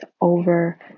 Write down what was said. over